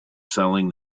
selling